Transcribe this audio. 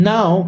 Now